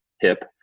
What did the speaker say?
hip